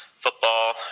football